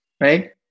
right